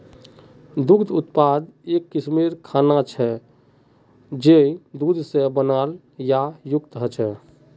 दुग्ध उत्पाद एक किस्मेर खाना छे जये दूध से बनाल या युक्त ह छे